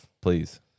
Please